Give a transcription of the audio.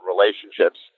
relationships